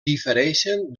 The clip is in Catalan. difereixen